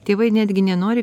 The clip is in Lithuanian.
tėvai netgi nenori